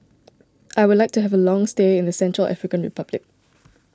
I would like to have a long stay in the Central African Republic